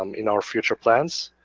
um in our future plans.